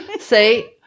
See